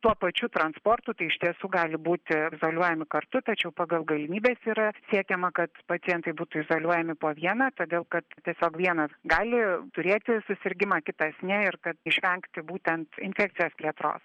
tuo pačiu transportu tai iš tiesų gali būti izoliuojami kartu tačiau pagal galimybes yra siekiama kad pacientai būtų izoliuojami po vieną todėl kad tiesiog vienas gali turėti susirgimą kitas ne ir kad išvengti būtent infekcijos plėtros